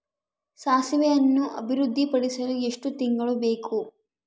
ಸಾಸಿವೆಯನ್ನು ಅಭಿವೃದ್ಧಿಪಡಿಸಲು ಎಷ್ಟು ತಿಂಗಳು ಬೇಕು?